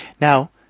Now